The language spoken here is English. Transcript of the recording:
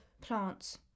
Plants